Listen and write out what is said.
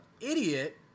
idiot